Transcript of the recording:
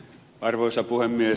arvoisa puhemies